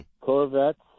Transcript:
Corvettes